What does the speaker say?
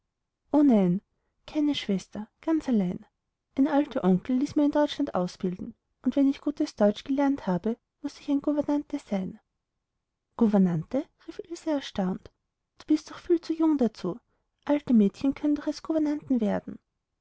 o nein keine schwester ganz allein ein alte onkel laßt mir in deutschland ausbilden und wenn ich gutes deutsch gelernt habe muß ich ein gouvernante sein gouvernante rief ilse erstaunt du bist doch viel zu jung dazu alte mädchen können doch erst gouvernanten werden